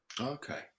Okay